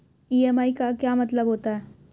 EMI का क्या मतलब होता है?